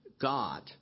God